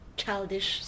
childish